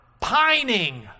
pining